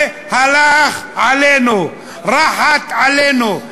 והלך עלינו, "רחת עלינו".